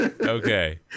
Okay